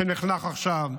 שנחנך עכשיו,